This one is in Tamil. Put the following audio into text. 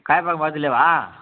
கயப்பாக்கம் பக்கத்துலேயேவா